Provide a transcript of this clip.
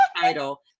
title